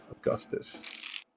Augustus